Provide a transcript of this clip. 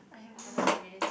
I haven't erased